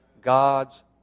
God's